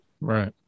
right